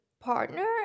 partner